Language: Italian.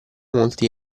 molti